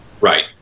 Right